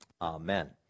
amen